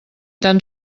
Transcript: tan